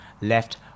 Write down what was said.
Left